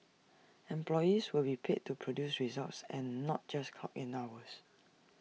employees will be paid to produce results and not just clock hours